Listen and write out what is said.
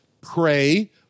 pray